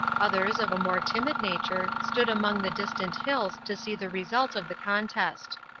others, of a more timid nature, stood among the distant hills to see the result of the contest.